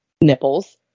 nipples